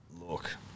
Look